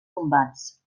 combats